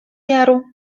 jaru